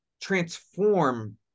transform